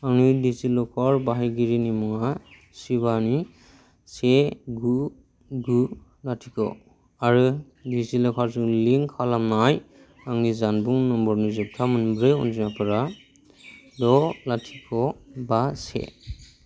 आंनि डिजिलकार बाहायगिरिनि मुङा शिबानी से गु गु लाथिख' आरो डिजिलकारजों लिंक खालामनाय आंनि जानबुं नाम्बारनि जोबथा मोनब्रै अनजिमाफोरा द' लाथिख' बा से